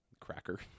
cracker